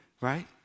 right